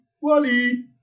Wally